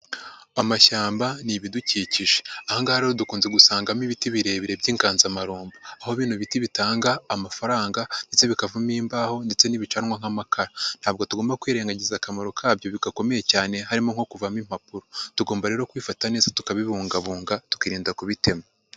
Amashyamba ni ibidukikije. Aha ngaha rero dukunze gusangamo ibiti birebire by'inganzamarumbo. Aho bino biti bitanga amafaranga ndetse bikavamo imbaho ndetse n'ibicanwa nk'amakara. Ntabwo tugomba kwirengagiza akamaro kabyo gakomeye cyane harimo nko kuvamo impapuro. Tugomba rero kubifata neza tukabibungabunga tukirinda kubitema.